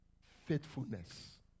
Faithfulness